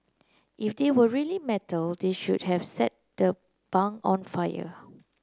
if they were really metal they should have set the bunk on fire